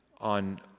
on